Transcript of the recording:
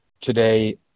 today